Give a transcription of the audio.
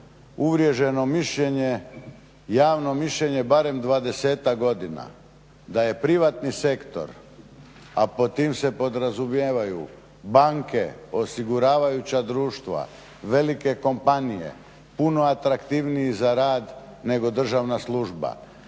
uvriježeno mišljenje, javno mišljenje barem dvadesetak godina. Da je privatni sektor, a pod tim se podrazumijevaju banke, osiguravajuća društva, velike kompanije, puno atraktivniji za rad nego državna služba.